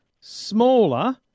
Smaller